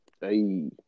Hey